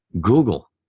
Google